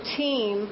team